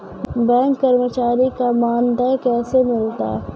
Bank कर्मचारी का मानदेय कैसे मिलता हैं?